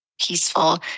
peaceful